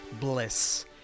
bliss